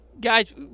Guys